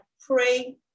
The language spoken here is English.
pray